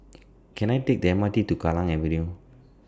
Can I Take The M R T to Kallang Avenue